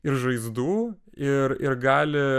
ir žaizdų ir ir gali